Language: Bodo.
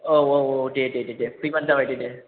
औ औ औ दे दे दे फैबानो जाबाय दे दे